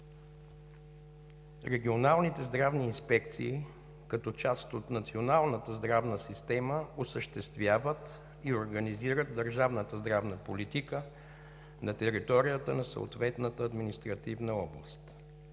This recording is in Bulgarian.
Регионалните здравни инспекции като част от националната здравна система осъществяват и организират държавната здравна политика на територията на съответната административна област.